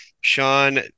Sean